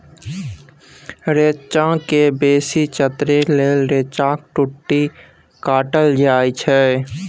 रैंचा केँ बेसी चतरै लेल रैंचाक टुस्सी काटल जाइ छै